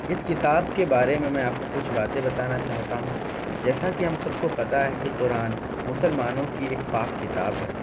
اس کتاب کے بارے میں میں آپ کو کچھ باتیں بتانا چاہتا ہوں جیسا کہ ہم سب کو پتا ہے کہ قرآن مسلمانوں کی ایک پاک کتاب ہے